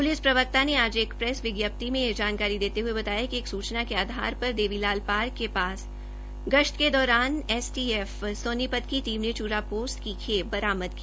police प्रवक्ता ने आज एक प्रैस विज्ञप्ति में यह जानकारी देते हुए बताया कि एक सूचना के आधार पर देवीलाल पार्क के पास गश्त के दौरान एसीटीएफ सोनीपत की टीम ने चूरापोस्त की खेप बरामद की